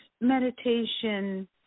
meditation